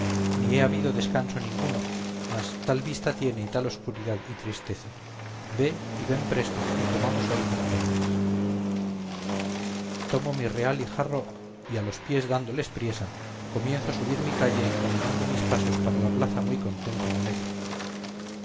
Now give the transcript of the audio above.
ni he habido descanso ninguno mas tal vista tiene y tal obscuridad y tristeza ve y ven presto y comamos hoy como condes tomo mi real y jarro y a los pies dándoles priesa comienzo a subir mi calle encaminando mis pasos para la plaza muy contento y alegre